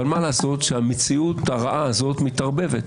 אבל מה לעשות שהמציאות הרעה הזאת מתערבבת.